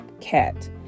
cat